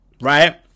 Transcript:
right